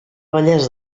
bellesa